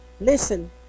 listen